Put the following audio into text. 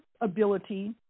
ability